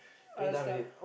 other stuff